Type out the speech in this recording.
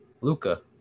Luca